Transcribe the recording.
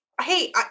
hey